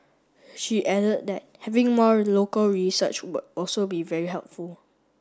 she added that having more local research would also be very helpful